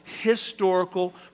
historical